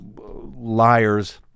liars